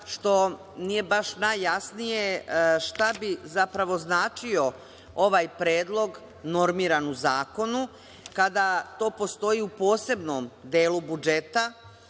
što nije baš najjasnije šta bi zapravo značio ovaj predlog normiran u zakonu, kada to postoji u posebnom delu budžeta